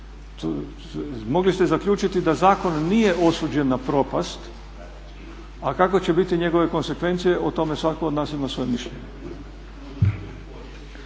mogli ste zaključiti da zakon nije osuđen na propast, a kakve će biti njegove konsekvencije o tome svatko od nas ima svoje mišljenje.